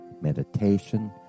meditation